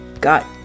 got